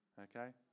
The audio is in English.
Okay